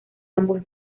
ambos